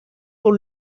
pour